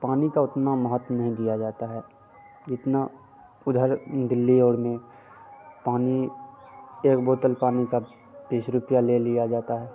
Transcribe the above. पानी को उतना महत्व नहीं दिया जाता है इतना उधर दिल्ली और में पानी एक बोतल पानी का तीस रुपया ले लिया जाता है